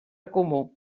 comú